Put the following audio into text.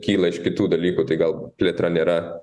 kyla iš kitų dalykų tai gal plėtra nėra